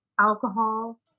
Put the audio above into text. alcohol